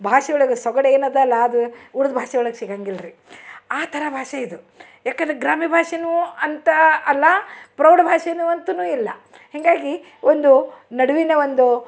ಭಾಷೆ ಒಳಗೆ ಸೊಗಡೇನು ಇದ್ಯಲ ಅದು ಉಳಿದ ಭಾಷೆ ಒಳಗೆ ಸಿಗೋಂಗಿಲ್ರಿ ಆ ಥರ ಭಾಷೆ ಇದು ಏಕಂದ್ರೆ ಗ್ರಾಮ್ಯ ಭಾಷೆಯೂ ಅಂತ ಅಲ್ಲ ಪ್ರೌಢ ಭಾಷೆಯೂ ಅಂತನೂ ಇಲ್ಲ ಹೀಗಾಗಿ ಒಂದು ನಡುವಿನ ಒಂದು